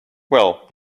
well